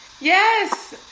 Yes